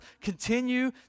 continue